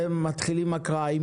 ומתחילים הקראה.